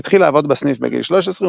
התחיל לעבוד בסניף בגיל 13,